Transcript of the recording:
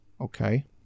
Okay